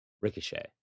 Ricochet